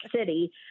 City